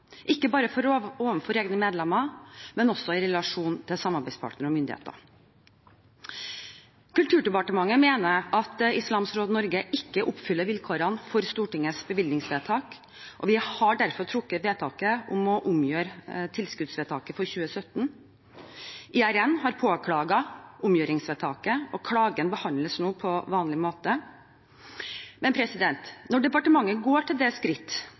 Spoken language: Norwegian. i relasjon til samarbeidspartnere og myndigheter. Kulturdepartementet mener at Islamsk Råd Norge ikke oppfyller vilkårene for Stortingets bevilgningsvedtak, og vi har derfor truffet vedtaket om å omgjøre tilskuddsvedtaket for 2017. IRN har påklaget omgjøringsvedtaket, og klagen behandles nå på vanlig måte. Når departementet går til det skritt